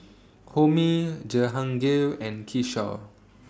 Homi Jehangirr and Kishore